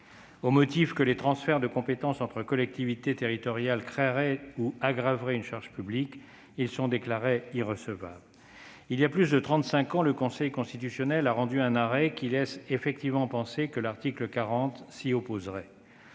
Au motif que les transferts de compétences entre collectivités territoriales créeraient ou aggraveraient une charge publique, ils ont été déclarés irrecevables. Il y a plus de trente-cinq ans, le Conseil constitutionnel a rendu une décision qui laisse effectivement penser que l'article 40 s'y opposerait.